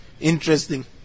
interesting